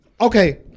Okay